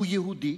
הוא יהודי,